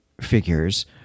figures